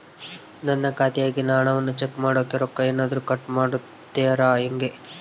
ನನ್ನ ಖಾತೆಯಾಗಿನ ಹಣವನ್ನು ಚೆಕ್ ಮಾಡೋಕೆ ರೊಕ್ಕ ಏನಾದರೂ ಕಟ್ ಮಾಡುತ್ತೇರಾ ಹೆಂಗೆ?